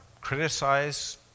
criticize